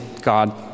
God